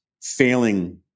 failing